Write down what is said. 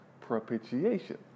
propitiation